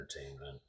entertainment